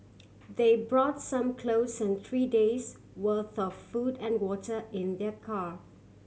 they brought some clothes and three days' worth of food and water in their car